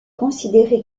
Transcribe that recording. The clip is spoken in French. considéré